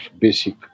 basic